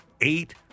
eight